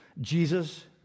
Jesus